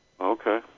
Okay